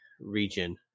region